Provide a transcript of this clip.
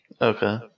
Okay